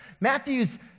Matthew's